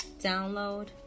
download